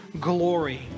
glory